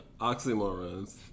Oxymorons